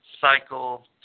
cycle